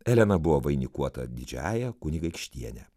elena buvo vainikuota didžiąja kunigaikštiene